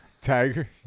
Tiger